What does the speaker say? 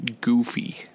goofy